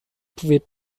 pouvait